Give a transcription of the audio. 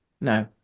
No